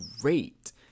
great